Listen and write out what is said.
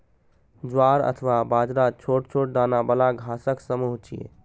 ज्वार अथवा बाजरा छोट छोट दाना बला घासक समूह छियै